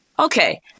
Okay